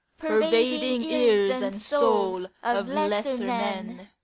pervading ears and soul of lesser men,